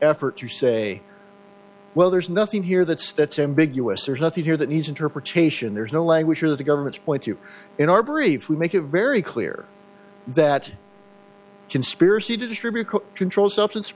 effort to say well there's nothing here that's that's ambiguous there's nothing here that needs interpretation there's no language where the government's point you in our brief we make it very clear that conspiracy to distribute controlled substance